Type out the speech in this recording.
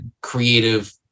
creative